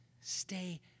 Stay